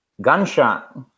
gunshot